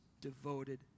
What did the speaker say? devoted